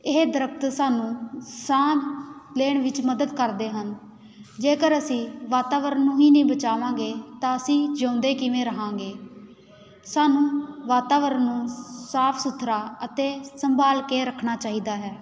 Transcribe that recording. ਇਹ ਦਰਖਤ ਸਾਨੂੰ ਸਾਹ ਲੈਣ ਵਿੱਚ ਮਦਦ ਕਰਦੇ ਹਨ ਜੇਕਰ ਅਸੀਂ ਵਾਤਾਵਰਨ ਨੂੰ ਹੀ ਨਹੀਂ ਬਚਾਵਾਂਗੇ ਤਾਂ ਅਸੀਂ ਜਿਉਂਦੇ ਕਿਵੇਂ ਰਹਾਂਗੇ ਸਾਨੂੰ ਵਾਤਾਵਰਨ ਨੂੰ ਸਾਫ ਸੁਥਰਾ ਅਤੇ ਸੰਭਾਲ ਕੇ ਰੱਖਣਾ ਚਾਹੀਦਾ ਹੈ